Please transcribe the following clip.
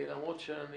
למרות שאני